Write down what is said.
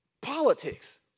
Politics